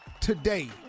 today